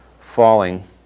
falling